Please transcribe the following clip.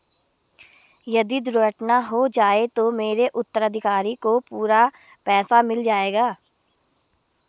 यदि दुर्घटना हो जाये तो मेरे उत्तराधिकारी को पूरा पैसा मिल जाएगा?